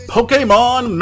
Pokemon